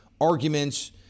arguments